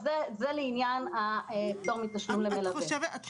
זה לעניין פטור מתשלום למלווה.